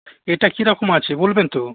এটা কী রকম আছে বলবেন তো